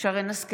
שרן מרים השכל,